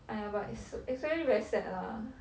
!aiya! but it's it's very very sad lah